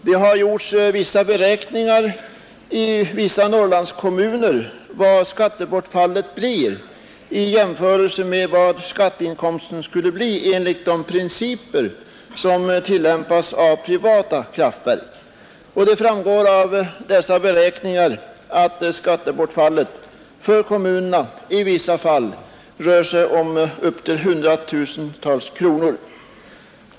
Det har gjorts beräkningar för vissa Norrlandskommuner av det skattebortfall som dessa drabbas av genom att vattenfallsverket inte tillämpar samma principer som gäller för privata kraftverk, och det framgår av dessa beräkningar att det nuvarande skattebortfallet för kommunerna i vissa fall rör sig om hundratusentals kronor.